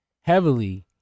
heavily